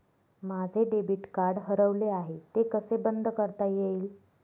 माझे debit card हरवले आहे ते कसे बंद करता येईल?